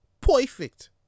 Perfect